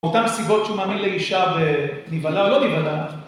מאותן סיבות שהוא מאמין לאישה ונבהלה או לא נבהלה.